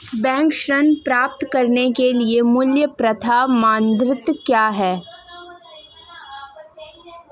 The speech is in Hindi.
बैंक ऋण प्राप्त करने के लिए मूल पात्रता मानदंड क्या हैं?